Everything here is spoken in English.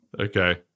Okay